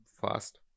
fast